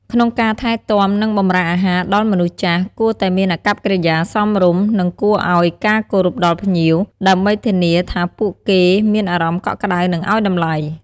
ក្នុងការថែទាំ និងបំរើអាហារដល់មនុស្សចាស់ គួរតែមានកិរិយាសមរម្យ និងគួរអោយការគោរពដល់ភ្ញៀវ ដើម្បីធានាថាពួកគេមានអារម្មណ៍កក់ក្តៅ និងឲ្យតម្លៃ។